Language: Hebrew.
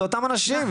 זה אותם אנשים,